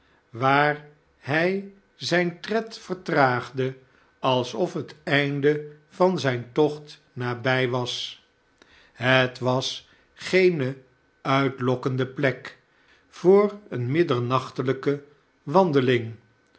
waar hij zijn tred vertraagde alsof het einde van zijn tocht nabij was het was geene uitlokkende plek voor eene middernachtelijke wandeling